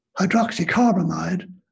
Hydroxycarbamide